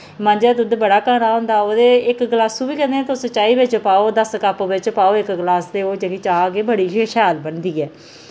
मंझ दा दुद्ध बड़ा घना होंदा उ'दे इक गलासू बी कन्नै तुस चाही बिच पाओ दस्स कप बिच पाओ इक गलास ते ओह् जेह्ड़ी चाऽ गै बड़ी गै शैल बनदी ऐ